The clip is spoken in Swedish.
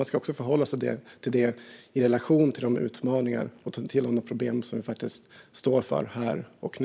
Vi ska också förhålla oss till det i relation till de utmaningar och problem som vi står inför här och nu.